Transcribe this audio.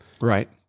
right